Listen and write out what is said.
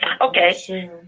Okay